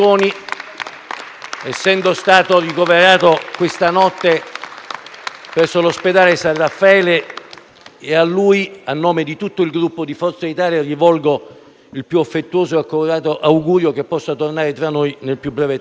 Essendo stato ricoverato questa notte presso l'ospedale San Raffaele, a lui, a nome di tutto il Gruppo Forza Italia, rivolgo il più affettuoso augurio che possa tornare tra noi nel più breve tempo